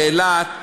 באילת,